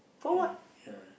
ya ya